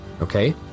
Okay